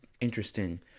interesting